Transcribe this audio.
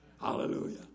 Hallelujah